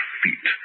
feet